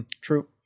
True